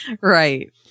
Right